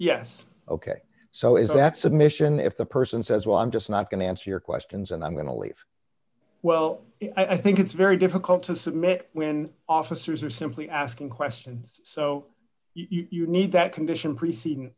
yes ok so is that submission if the person says well i'm just not going to answer your questions and i'm going to leave well i think it's very difficult to submit when officers are simply asking questions so you need that condition preceding